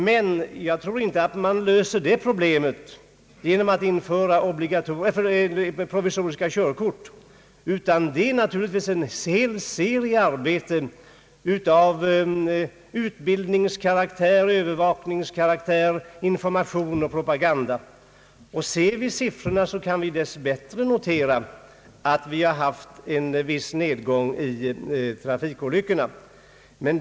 Men jag tror inte att problemet löses genom införande av provisoriska körkort, utan här behövs naturligtvis en hel serie insatser av utbildningsoch övervakningskaraktär samt information och propaganda. När vi ser siffrorna, kan vi dess bättre notera att vi haft en viss nedgång av antalet trafikolyckor.